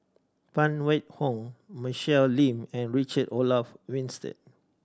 Phan Wait Hong Michelle Lim and Richard Olaf Winstedt